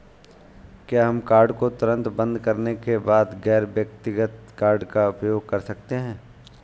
क्या हम कार्ड को तुरंत बंद करने के बाद गैर व्यक्तिगत कार्ड का उपयोग कर सकते हैं?